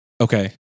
Okay